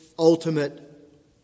ultimate